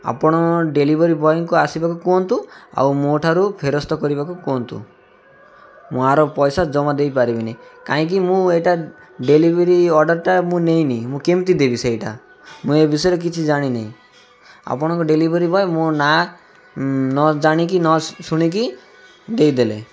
ଆପଣ ଡେଲିଭରି ବୟଙ୍କୁ ଆସିବାକୁ କୁହନ୍ତୁ ଆଉ ମୋ ଠାରୁ ଫେରସ୍ତ କରିବାକୁ କୁହନ୍ତୁ ମୁଁ ଆର ପଇସା ଜମା ଦେଇପାରିବିନି କାହିଁକି ମୁଁ ଏଇଟା ଡେଲିଭରି ଅର୍ଡ଼ରଟା ମୁଁ ନେଇନି ମୁଁ କେମିତି ଦେବି ସେଇଟା ମୁଁ ଏ ବିଷୟରେ କିଛି ଜାଣିନାହିଁ ଆପଣଙ୍କ ଡେଲିଭରି ବଏ ମୋ ନାଁ ନ ଜାଣିକି ନ ଶୁଣିକି ଦେଇଦେଲେ